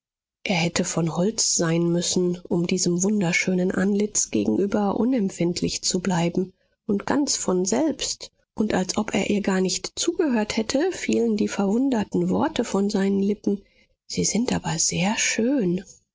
er hätte von holz sein müssen um diesem wunderschönen antlitz gegenüber unempfindlich zu bleiben und ganz von selbst und als ob er ihr gar nicht zugehört hätte fielen die verwunderten worte von seinen lippen sie sind aber sehr schön